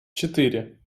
четыре